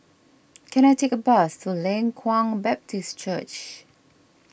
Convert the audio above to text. can I take a bus to Leng Kwang Baptist Church